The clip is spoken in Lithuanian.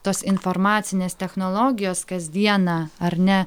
tos informacinės technologijos kasdieną ar ne